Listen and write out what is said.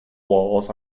walls